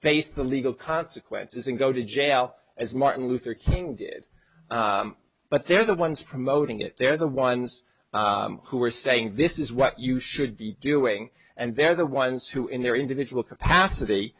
face the legal consequences and go to jail as martin luther king did but they're the ones promoting it they're the ones who are saying this is what you should be doing and they're the ones who in their individual capacity